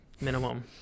minimum